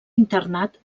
internat